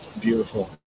beautiful